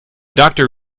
doctor